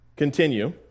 continue